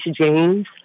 James